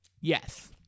yes